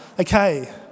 Okay